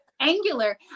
angular